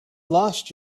lost